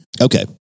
Okay